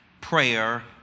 prayer